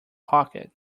pocket